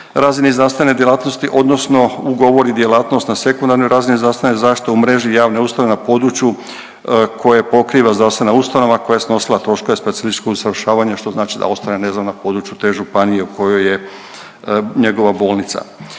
razini zdravstvene zaštite u mreži javne ustanove na području koje pokriva zdravstvena ustanova koja je snosila troškove specijalističkog usavršavanja, što znači da ostane ne znam na području te županije u kojoj je njegova bolnica.